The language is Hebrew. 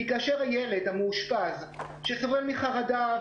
כי כאשר הילד המאושפז שסובל מחרדה,